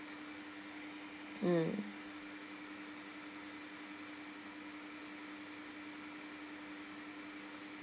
mm